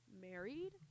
married